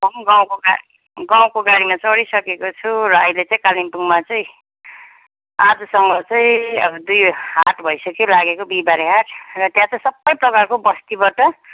म पनि गाँउको गाडी गाँउको गाडीमा चढिसकेको छु र अहिले चाहिँ कालिम्पोङमा चाहिँ आजसम्म चाहिँ अब दुई हाट भइसक्यो लागेको बिहिबारे हाट र त्यहाँ चाहिँ सबै प्रकारको बस्तीबाट